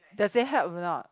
does it help or not